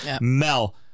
Mel